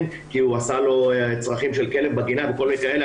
כי הוא עשה לו צרכים של כלב בגינה וכל מיני דברים כאלה.